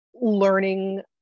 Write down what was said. learning